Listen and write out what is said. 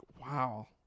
wow